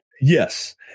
Yes